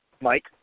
Mike